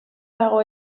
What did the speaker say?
dago